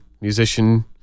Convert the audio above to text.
musician